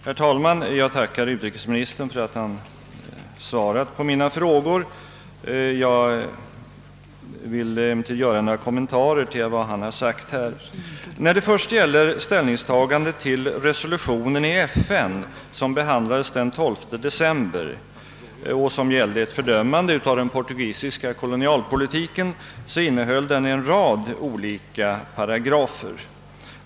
Herr talman! Jag tackar utrikesministern för att han svarat på mina frågor. Jag vill emellertid göra några kommentarer till vad han har sagt. Resolutionen i FN, som behandlades den 12 december och som gällde ett fördömande av den portugisiska kolonialpolitiken, innehöll en rad olika paragrafer.